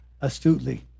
astutely